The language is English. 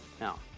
Now